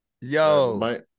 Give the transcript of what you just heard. Yo